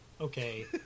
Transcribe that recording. Okay